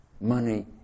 Money